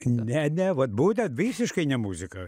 ne ne vat būtent visiškai ne muziką